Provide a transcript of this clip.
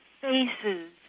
faces